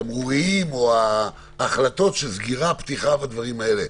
התמרוריים או בהחלטות על סגירה ופתיחה ודברים כאלה.